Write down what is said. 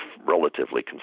relatively